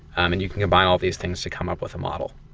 um and you can combine all these things to come up with a model.